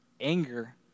anger